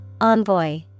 Envoy